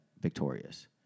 victorious